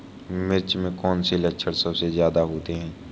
मिर्च में कौन से लक्षण सबसे ज्यादा होते हैं?